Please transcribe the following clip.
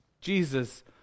jesus